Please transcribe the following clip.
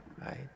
right